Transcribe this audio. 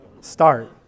Start